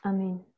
Amen